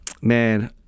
Man